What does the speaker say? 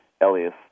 Elias